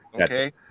Okay